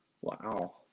Wow